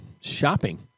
shopping